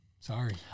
Sorry